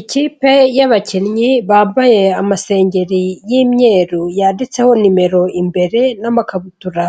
Ikipe y'abakinnyi bambaye amasengeri y'imyeru yanditseho nimero imbere n'amakabutura